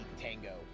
Tango